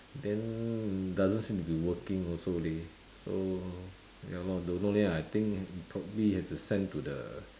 then doesn't seem to be working also leh so ya lor don't know leh I think probably have to send to the